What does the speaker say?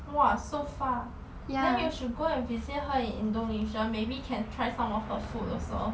!wah! so far ah then you should go and visit her in indonesia maybe can try some of her food also